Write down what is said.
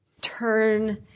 turn